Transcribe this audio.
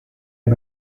der